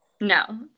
No